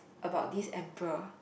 about this emperor